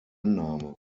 annahme